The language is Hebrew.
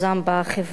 כפול משיעורם בחברה.